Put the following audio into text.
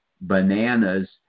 bananas